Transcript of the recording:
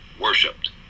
worshipped